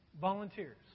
Volunteers